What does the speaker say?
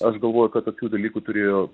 aš galvoju kad tokių dalykų turėjo